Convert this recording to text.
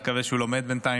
אני מקווה שהוא לומד בינתיים.